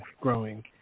growing